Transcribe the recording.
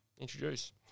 introduce